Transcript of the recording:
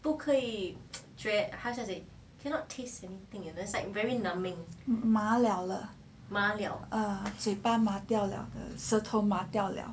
麻了了嘴巴麻掉了的舌头麻掉了